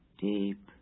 Deep